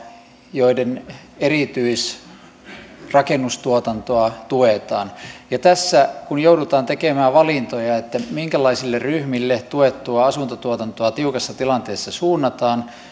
joiden erityisrakennustuotantoa tuetaan ja tässä kun joudutaan tekemään valintoja siitä minkälaisille ryhmille tuettua asuntotuotantoa tiukassa tilanteessa suunnataan